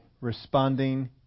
responding